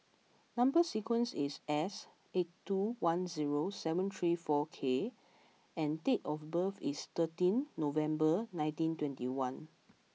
number sequence is S eight two one zero seven three four K and date of birth is thirteenth November nineteen twenty one